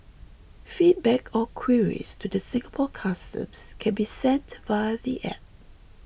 feedback or queries to the Singapore Customs can be sent via the app